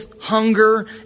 hunger